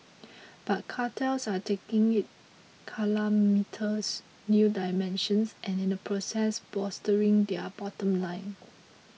but cartels are taking it calamitous new dimensions and in the process bolstering their bottom line